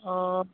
অঁ